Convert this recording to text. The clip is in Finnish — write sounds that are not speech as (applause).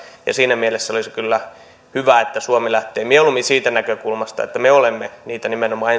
siinä mielessä olisi kyllä hyvä että suomi lähtee mieluummin siitä näkökulmasta että me olemme niitä nimenomaan (unintelligible)